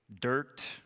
dirt